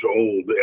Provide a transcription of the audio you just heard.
old